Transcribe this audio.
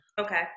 okay